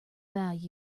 value